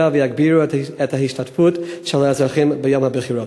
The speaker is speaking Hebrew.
ויגבירו את ההשתתפות של האזרחים בבחירות.